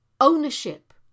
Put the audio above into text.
Ownership